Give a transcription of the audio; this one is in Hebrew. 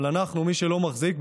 אבל מי שלא מחזיק,